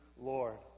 Lord